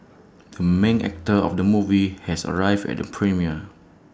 the main actor of the movie has arrived at the premiere